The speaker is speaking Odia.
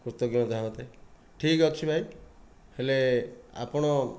କୃତଜ୍ଞତା ହୁଅନ୍ତେ ଠିକ ଅଛି ଭାଇ ହେଲେ ଆପଣ